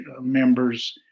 members